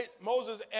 Moses